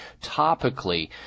topically